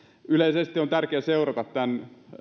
yleisesti on tärkeä seurata tämän